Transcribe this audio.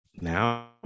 now